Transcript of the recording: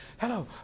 Hello